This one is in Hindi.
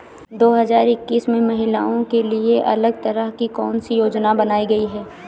दो हजार इक्कीस में महिलाओं के लिए अलग तरह की कौन सी योजना बनाई गई है?